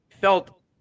felt